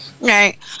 right